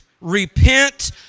repent